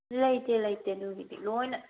ꯂꯩꯇꯦ ꯂꯩꯇꯦ ꯑꯗꯨꯒꯤꯗꯤ ꯂꯣꯏꯅ